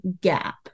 gap